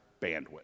bandwidth